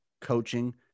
coaching